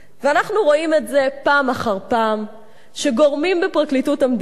ואנחנו רואים את זה פעם אחר פעם שגורמים בפרקליטות המדינה,